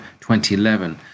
2011